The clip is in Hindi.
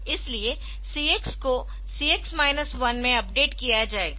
इसलिए CX को CX 1 में अपडेट किया जाएगा